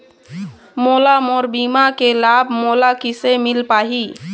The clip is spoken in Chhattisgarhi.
मोला मोर बीमा के लाभ मोला किसे मिल पाही?